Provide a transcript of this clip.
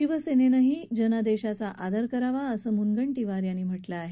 शिवसेनेनंदेखील जनादेशाचा आदर करावा असं मुनगंटीवार यांनी म्हटलं आहे